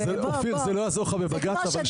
אופיר זה לא יעזור לך בבג"צ אבל שנייה,